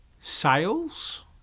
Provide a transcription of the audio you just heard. sales